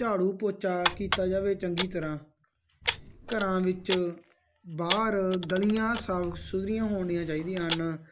ਝਾੜੂ ਪੋਚਾ ਕੀਤਾ ਜਾਵੇ ਚੰਗੀ ਤਰ੍ਹਾਂ ਘਰਾਂ ਵਿੱਚ ਬਾਹਰ ਗਲੀਆਂ ਸਾਫ ਸੁਥਰੀਆਂ ਹੋਣੀਆਂ ਚਾਹੀਦੀਆਂ ਹਨ